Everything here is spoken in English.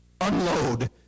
unload